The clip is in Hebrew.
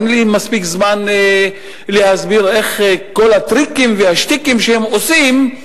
אין לי מספיק זמן להסביר את כל הטריקים והשטיקים שהם עושים,